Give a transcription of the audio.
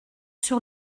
sur